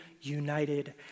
united